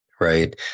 right